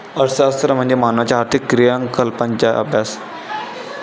अर्थशास्त्र म्हणजे मानवाच्या आर्थिक क्रियाकलापांचा अभ्यास